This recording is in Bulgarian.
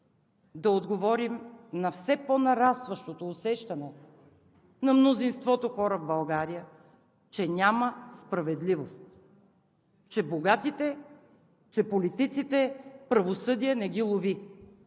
да отговорим на все по-нарастващото усещане на мнозинството хора в България, че няма справедливост, че богатите, че политиците правосъдие не ги лови.